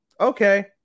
okay